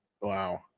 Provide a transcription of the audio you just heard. Wow